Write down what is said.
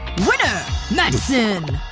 winner madison!